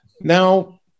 Now